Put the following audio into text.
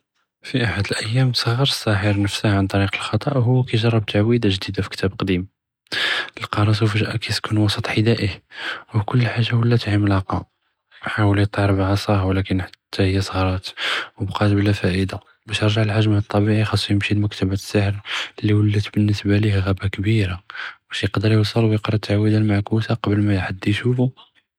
פי אחד אלאיאם צג'ר סאח̣ר נפסו ענ טריק א־לחטא והוא כי יג'רב תעוויד'ה ג'דידה פי כתאב קדים, לקא ראסו פג'אה כי יסכן וסט ח'דָאאה, וכל חאג'ה וلات עִמלָאקָה, חאוַל יטיר בעצאה ולאכן חתה היא צג'רת ובּקאת בלא פָאִידָה, באש ירג'ע לחג'מו א־טביעי ח'סה ימשי למכתבת א־סח̣ר אלא ולט באלניסבה לִיה גָאבָּה כְּבִּירָה, ואש יקד̣ר יוסל ויקרא א־תעוויד'ה אלמעכוסה קבל מא חד יושופו؟